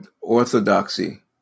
orthodoxy